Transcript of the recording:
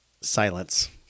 Silence